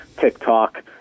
TikTok